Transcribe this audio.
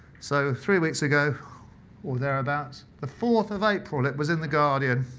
so three weeks ago or thereabouts the fourth of april, it was in the guardian.